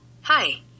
Hi